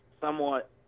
somewhat